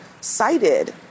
cited